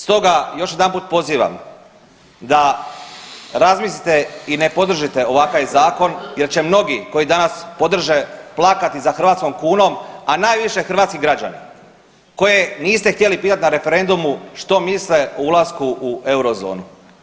Stoga još jedanput pozivam da razmislite i ne podržite ovakav zakon jer će mnogi koji danas podrže plakati za hrvatskom kunom, a najviše hrvatski građani koje niste htjeli pitat na referendumu što misle o ulasku u eurozonu.